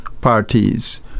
parties